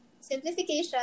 Simplification